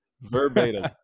Verbatim